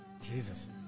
Jesus